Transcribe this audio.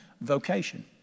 Vocation